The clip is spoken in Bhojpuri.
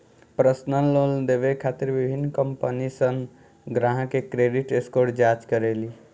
पर्सनल लोन देवे खातिर विभिन्न कंपनीसन ग्राहकन के क्रेडिट स्कोर जांच करेली